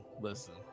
listen